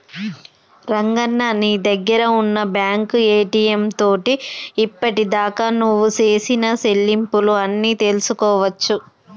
రంగన్న నీ దగ్గర ఉన్న బ్యాంకు ఏటీఎం తోటి ఇప్పటిదాకా నువ్వు సేసిన సెల్లింపులు అన్ని తెలుసుకోవచ్చు